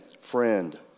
Friend